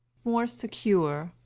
more secure.